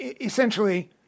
essentially